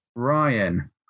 Ryan